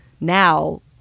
now